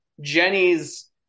Jenny's